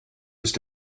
ist